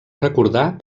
recordar